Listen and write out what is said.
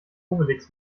obelix